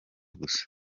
gusa